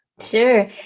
Sure